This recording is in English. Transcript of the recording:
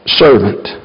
servant